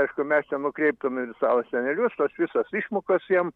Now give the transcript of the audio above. aišku mes ten nukreiptumėm savo senelius tas visas išmokas jiem